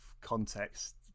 context